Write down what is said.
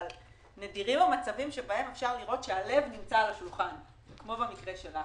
אבל נדירים המצבים שבהם אפשר לראות שהלב נמצא על השולחן כמו במקרה שלך.